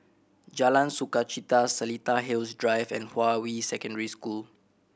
Jalan Sukachita Seletar Hills Drive and Hua Yi Secondary School